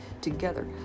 together